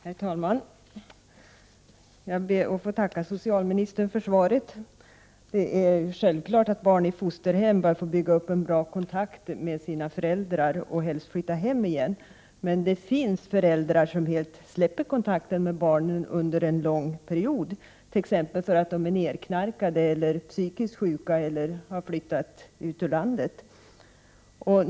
Herr talman! Jag ber att få tacka socialministern för svaret. Det är självklart att barn i fosterhem bör få bygga upp en bra kontakt med sina föräldrar och helst flytta hem igen. Men det finns föräldrar som helt släpper kontakten med barnen under en lång period — t.ex. för att de är nedknarkade, psykiskt sjuka eller har flyttat ut ur landet.